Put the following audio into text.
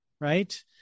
right